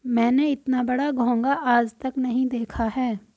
मैंने इतना बड़ा घोंघा आज तक नही देखा है